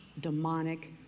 demonic